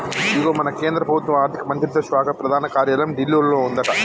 ఇగో మన కేంద్ర ప్రభుత్వ ఆర్థిక మంత్రిత్వ శాఖ ప్రధాన కార్యాలయం ఢిల్లీలో ఉందట